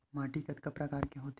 माटी के कतका प्रकार होथे?